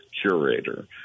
curator